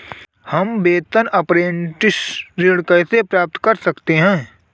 हम वेतन अपरेंटिस ऋण कैसे प्राप्त कर सकते हैं?